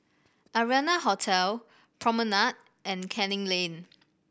Arianna Hotel Promenade and Canning Lane